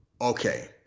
Okay